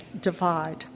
divide